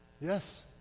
Yes